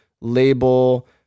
label